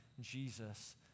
Jesus